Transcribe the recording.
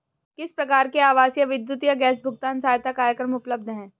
किस प्रकार के आवासीय विद्युत या गैस भुगतान सहायता कार्यक्रम उपलब्ध हैं?